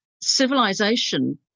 civilization